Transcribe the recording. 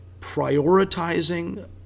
prioritizing